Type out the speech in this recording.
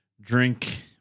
drink